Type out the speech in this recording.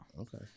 Okay